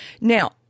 now